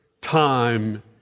time